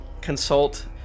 consult